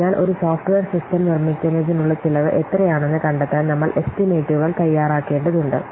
അതിനാൽ ഒരു software system നിർമ്മിക്കുന്നതിനുള്ള ചെലവ് എത്രയാണെന്ന് കണ്ടെത്താൻ നമ്മൾ എസ്റ്റിമേറ്റുകൾ തയ്യാറാക്കേണ്ടതുണ്ട്